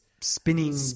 spinning